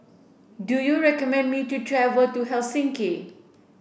do you recommend me to travel to Helsinki